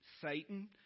Satan